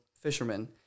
fishermen